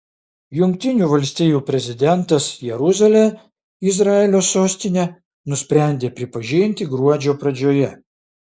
jungtinių valstijų prezidentas jeruzalę izraelio sostine nusprendė pripažinti gruodžio pradžioje